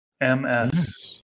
MS